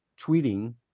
tweeting